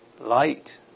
light